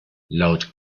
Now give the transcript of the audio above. laut